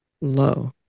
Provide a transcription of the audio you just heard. low